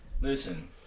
listen